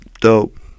Dope